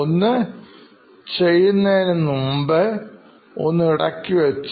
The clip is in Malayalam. ഒന്ന് ചെയ്യുന്നതിനു മുമ്പ് ഒന്ന് ഇടയ്ക്കുവെച്ച്